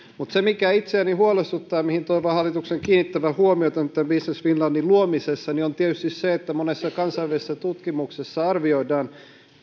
mutta mikä itseäni huolestuttaa ja mihin toivon hallituksen kiinnittävän huomiota nyt tämän business finlandin luomisessa on tietysti se että monessa kansainvälisessä tutkimuksessa arvioidaan